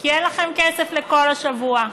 כי אין לכם כסף לכל השבוע.